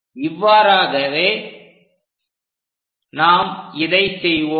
இவ்வாறாகவே நாம் இதை செய்வோம்